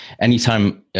Anytime